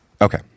Okay